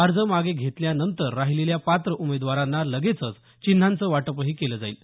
अर्ज मागे घेतल्यानंतर राहीलेल्या पात्र उमेदवारांना लगेचच चिन्हांचं वाटप केलं जाईल